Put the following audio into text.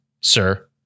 sir